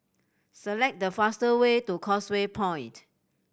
select the faster way to Causeway Point